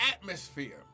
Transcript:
atmosphere